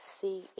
see